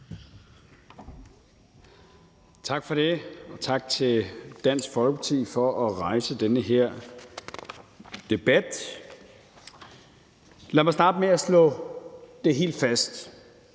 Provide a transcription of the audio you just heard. Tak for det, og tak til Dansk Folkeparti for at rejse den her debat. Lad mig starte med at slå det helt fast: